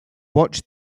watched